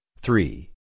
three